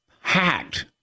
hacked